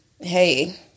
Hey